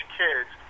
kids